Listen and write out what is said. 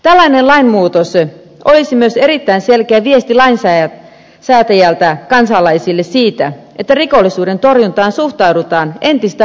tällainen lainmuutos olisi myös erittäin selkeä viesti lainsäätäjältä kansalaisille siitä että rikollisuuden torjuntaan suhtaudutaan entistä vakavammin